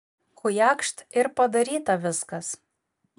chujakšt ir padaryta viskas